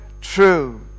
true